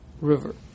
river